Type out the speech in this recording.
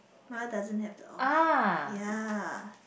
my one doesn't have the off ya